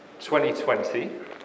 2020